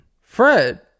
Fred